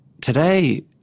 today